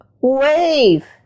Wave